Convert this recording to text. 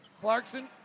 Clarkson